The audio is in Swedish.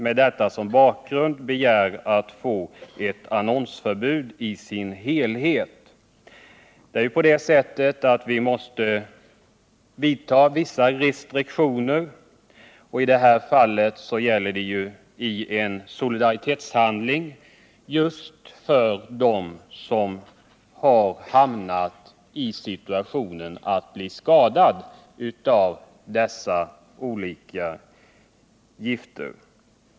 Med detta som bakgrund är det ganska naturligt att begära ett totalt annonsförbud. Vi måste ju vidta vissa restriktioner, och i detta fall gäller det en solidaritetshandling gentemot just dem som har blivit skadade av dessa gifter.